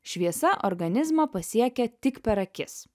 šviesa organizmą pasiekia tik per akis